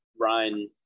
Ryan